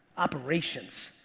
operations.